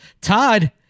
Todd